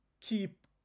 keep